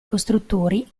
costruttori